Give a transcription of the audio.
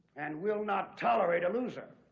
and will not tolerate a loser.